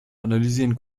analysieren